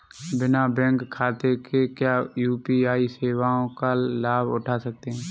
बिना बैंक खाते के क्या यू.पी.आई सेवाओं का लाभ उठा सकते हैं?